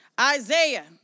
Isaiah